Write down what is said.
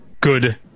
good